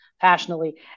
passionately